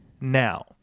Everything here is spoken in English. now